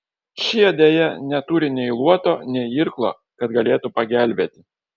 šie deja neturi nei luoto nei irklo kad galėtų pagelbėti